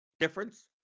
difference